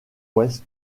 ouest